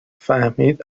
فهمید